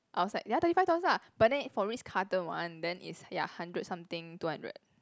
I was like ya thirty five dollars lah but then for Ritz-Carlton one then is ya hundred something two hundred